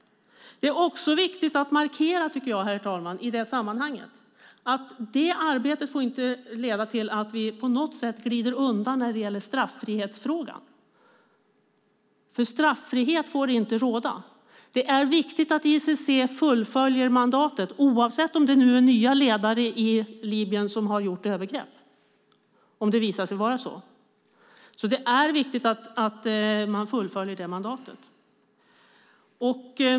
Herr talman! I detta sammanhang är det också viktigt att markera att detta arbete inte får leda till att vi på något sätt glider undan när det gäller straffrihetsfrågan eftersom straffrihet inte får råda. Det är viktigt att ICC fullföljer mandatet oavsett om det nu visar sig att det är nya ledare i Libyen som har gjort övergrepp. Det är därför viktigt att man fullföljer detta mandat.